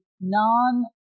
non